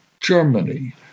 Germany